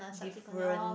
different